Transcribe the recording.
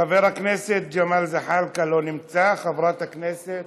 חבר הכנסת ג'מאל זחאלקה, לא נמצא, חברת הכנסת